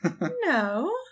No